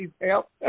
help